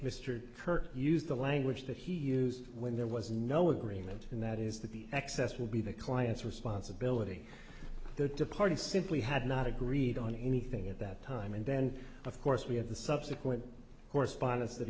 ker use the language that he used when there was no agreement and that is that the access will be the client's responsibility there departed simply had not agreed on anything at that time and then of course we have the subsequent correspondence tha